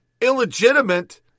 Illegitimate